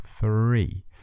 three